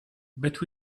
but